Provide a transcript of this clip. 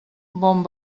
bon